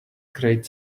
great